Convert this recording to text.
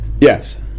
Yes